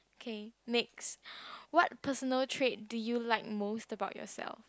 okay next what personal trait do you like most about yourself